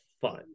fun